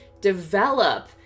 Develop